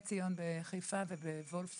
בשירותי טיפול חירום באלימות מינית באזור